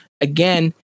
Again